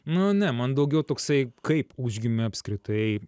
nu ne man daugiau toksai kaip užgimė apskritai